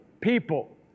people